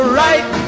right